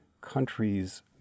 countries